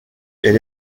elle